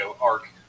arc